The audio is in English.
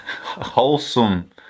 wholesome